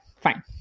fine